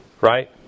Right